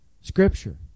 Scripture